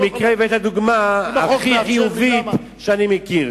במקרה הבאת את הדוגמה הכי חיובית שאני מכיר,